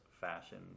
fashion